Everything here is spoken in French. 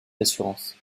d’assurance